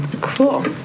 Cool